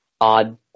odd